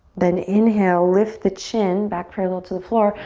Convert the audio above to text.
then inhale, lift the chin back parallel to the floor,